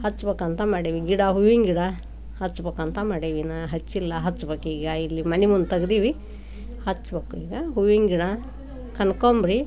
ಹಚ್ಬೇಕಂತ ಮಾಡೀವಿ ಗಿಡ ಹೂವಿನ ಗಿಡ ಹಚ್ಬೇಕಂತ ಮಾಡೀವಿ ಇನ್ನೂ ಹಚ್ಚಿಲ್ಲ ಹಚ್ಬೇಕ್ ಈಗ ಇಲ್ಲಿ ಮನೆ ಮುಂದೆ ತೆಗೆದೀವಿ ಹಚ್ಬೇಕು ಈಗ ಹೂವಿನ ಗಿಡ ಕನಕಾಂಬ್ರಿ